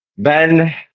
Ben